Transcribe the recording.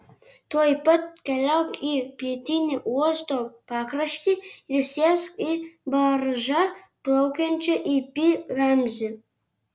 tuoj pat keliauk į pietinį uosto pakraštį ir sėsk į baržą plaukiančią į pi ramzį